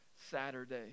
Saturday